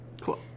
Cool